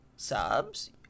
Subs